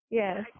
yes